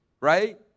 right